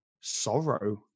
sorrow